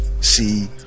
see